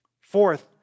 Fourth